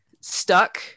stuck